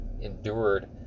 endured